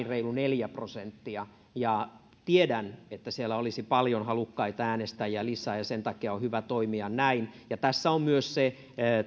reilu neljä prosenttia ja tiedän että siellä olisi paljon halukkaita äänestäjiä lisää ja sen takia on hyvä toimia näin tässä on myös